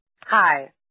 Hi